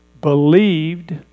believed